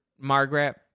Margaret